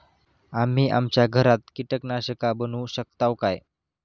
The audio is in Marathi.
आम्ही आमच्या घरात कीटकनाशका बनवू शकताव काय?